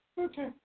okay